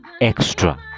extra